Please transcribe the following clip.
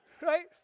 right